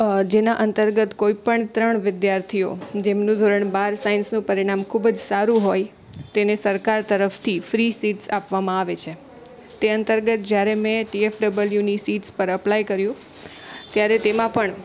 અ જેના અંતર્ગત કોઇપણ ત્રણ વિદ્યાર્થીઓ જેમનું ધોરણ બાર સાયન્સનું પરીણામ ખૂબ જ સારું હોય તેને સરકાર તરફથી ફ્રી સીટ્સ આપવામાં આવે છે તે અંતર્ગત જ્યારે મેં ટી એફ ડબલ્યુની સીટ્સ પર અપ્લાય કર્યું ત્યારે તેમાં પણ